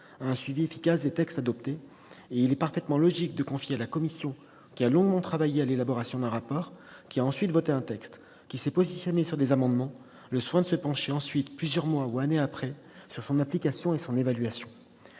à un suivi efficace des textes adoptés. Il est parfaitement logique de confier à la commission qui a longuement travaillé à l'élaboration d'un rapport, qui a ensuite voté un texte, qui s'est positionnée sur des amendements, le soin de se pencher ensuite, plusieurs mois ou années après, sur l'application et l'évaluation